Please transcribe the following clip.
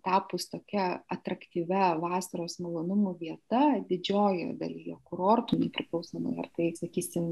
tapus tokia atraktyvia vasaros malonumų vieta didžiojoje dalyje kurortų nepriklausomai ar tai sakysim